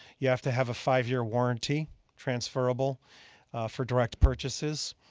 you have to have a five year warranty transferable for direct purchases.